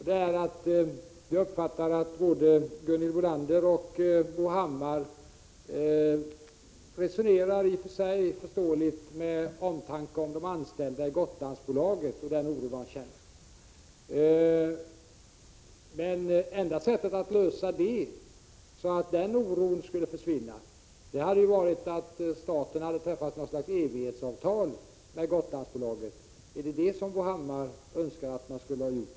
Det är i och för sig förståeligt att Bo Hammar och Gunhild Bolander hyser omtanke om de anställda i Gotlandsbolaget och att de talar om den oro som dessa känner. Men det enda sättet att få den oron att försvinna vore att staten träffade något slags evighetsavtal med Gotlandsbolaget. Är det vad Bo Hammar önskar att vi hade gjort?